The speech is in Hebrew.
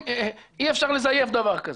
אי אפשר לזייף דבר כזה.